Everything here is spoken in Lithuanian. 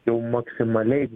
jau maksimaliai